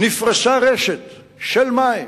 נפרסה רשת של מים,